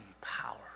power